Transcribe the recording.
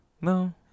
no